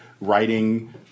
writing